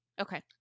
Okay